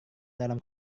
dalam